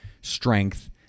strength